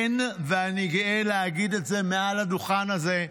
אין, ואני גאה להגיד את זה מעל הדוכן הזה.